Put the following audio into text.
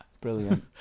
Brilliant